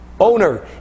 owner